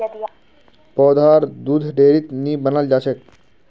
पौधार दुध डेयरीत नी बनाल जाछेक